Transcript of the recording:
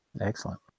excellent